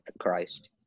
Christ